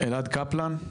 אלעד קפלן.